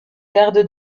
garde